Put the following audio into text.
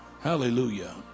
Hallelujah